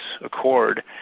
Accord